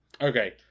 Okay